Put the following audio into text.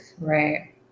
right